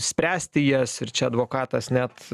spręsti jas ir čia advokatas net